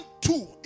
two